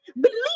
believe